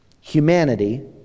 humanity